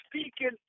speaking